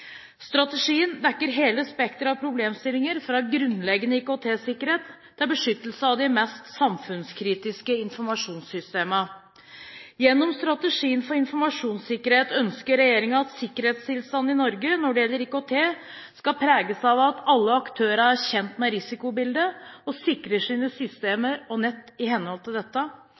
Strategien dekker hele spekteret av problemstillinger, fra grunnleggende IKT-sikkerhet til beskyttelse av de mest samfunnskritiske informasjonssystemene. Gjennom strategi for informasjonssikkerhet ønsker regjeringen at sikkerhetstilstanden i Norge når det gjelder IKT, skal preges av at alle aktører er kjent med risikobildet og sikrer sine systemer og nettet i henhold til dette